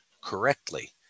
correctly